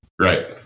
right